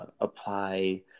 apply